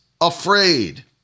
afraid